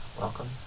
welcome